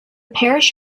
parish